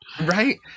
Right